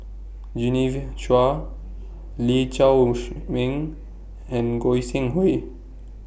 Genevieve Chua Lee Shao Meng and Goi Seng Hui